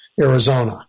arizona